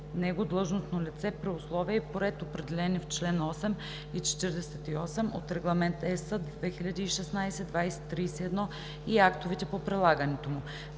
него длъжностно лице при условия и по ред, определени в чл. 8 и 48 от Регламент (ЕС) 2016/2031 и актовете по прилагането му;